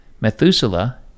Methuselah